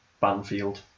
Banfield